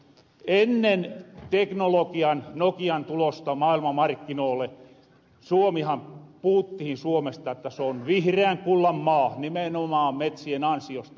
ennen teknologian ja nokian tuloa maailmanmarkkinoille puhuttihin suomesta että se on vihreän kullan maa nimenomaan metsien ansiosta